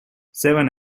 seven